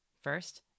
First